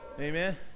Amen